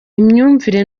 imyumvire